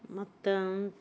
ಮತ್ತು